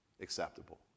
acceptable